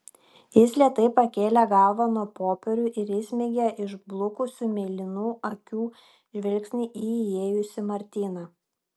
jis lėtai pakėlė galvą nuo popierių ir įsmeigė išblukusių mėlynų akių žvilgsnį į įėjusį martyną